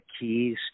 keys